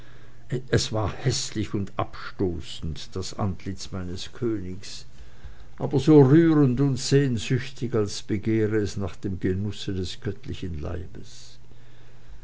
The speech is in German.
es war häßlich und abstoßend das antlitz meines königs aber so rührend und sehnsüchtig als begehre es nach dem genusse des göttlichen leibes